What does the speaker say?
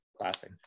Classic